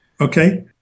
Okay